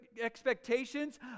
expectations